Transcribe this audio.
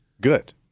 Good